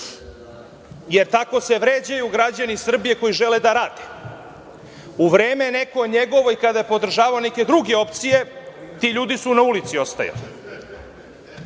jer tako se vređaju građani Srbije koji žele da rade.U vreme neko njegovo, kada je podržavao neke druge opcije, ti ljudi su na ulici ostajali.